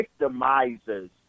victimizers